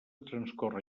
transcorre